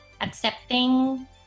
accepting